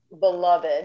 beloved